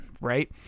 right